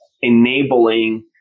enabling